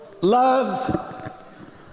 love